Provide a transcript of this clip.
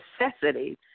necessity